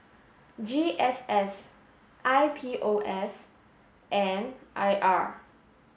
G S S I P O S and I R